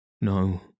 No